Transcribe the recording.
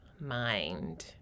mind